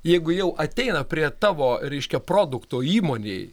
jeigu jau ateina prie tavo reiškia produkto įmonėj